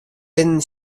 binnen